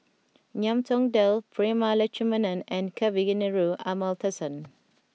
Ngiam Tong Dow Prema Letchumanan and Kavignareru Amallathasan